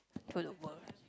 to the world